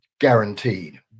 guaranteed